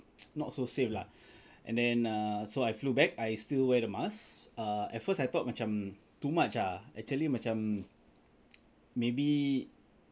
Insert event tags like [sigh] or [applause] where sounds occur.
[noise] not so safe lah and then err so I flew back I still wear the mask uh at first I thought macam too much ah actually macam maybe